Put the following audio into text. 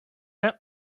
out